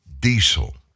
diesel